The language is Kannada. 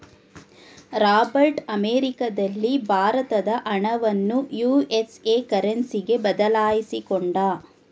ರಾಬರ್ಟ್ ಅಮೆರಿಕದಲ್ಲಿ ಭಾರತದ ಹಣವನ್ನು ಯು.ಎಸ್.ಎ ಕರೆನ್ಸಿಗೆ ಬದಲಾಯಿಸಿಕೊಂಡ